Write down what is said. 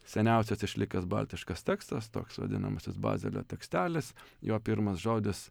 seniausias išlikęs baltiškas tekstas toks vadinamasis bazelio tekstelis jo pirmas žodis